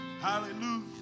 Hallelujah